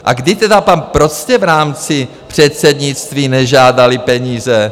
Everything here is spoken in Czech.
A kdy tedy tam prostě v rámci předsednictví nežádali peníze?